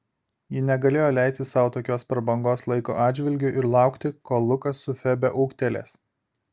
jie negalėjo leisti sau tokios prabangos laiko atžvilgiu ir laukti kol lukas su febe ūgtelės